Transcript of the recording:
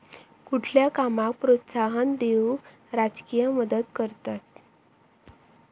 कुठल्या कामाक प्रोत्साहन देऊक राजकीय मदत करतत